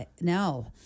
no